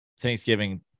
Thanksgiving